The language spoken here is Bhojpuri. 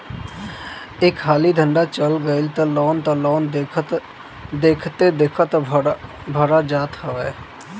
एक हाली धंधा चल गईल तअ लोन तअ देखते देखत भरा जात हवे